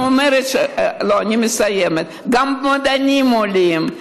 אני אומרת, לא, אני מסיימת, גם מדענים עולים.